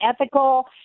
ethical